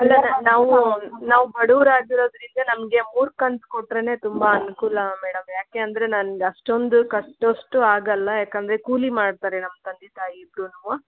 ಇಲ್ಲ ನಾವೂ ನಾವು ಬಡುವ್ರು ಆಗಿರೋದರಿಂದ ನಮಗೆ ಮೂರು ಕಂತು ಕೊಟ್ಟರೇನೆ ತುಂಬ ಅನುಕೂಲ ಮೇಡಮ್ ಯಾಕೆ ಅಂದರೆ ನನ್ಗೆ ಅಷ್ಟೊಂದು ಕಟ್ಟುವಷ್ಟು ಆಗಲ್ಲ ಯಾಕಂದರೆ ಕೂಲಿ ಮಾಡ್ತಾರೆ ನಮ್ಮ ತಂದೆ ತಾಯಿ ಇಬ್ಬರೂನು